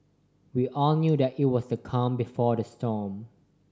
we all knew that it was the calm before the storm